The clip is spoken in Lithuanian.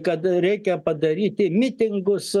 kad reikia padaryti mitingus